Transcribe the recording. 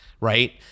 right